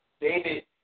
David